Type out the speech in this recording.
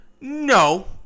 No